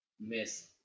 Miss